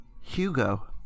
Hugo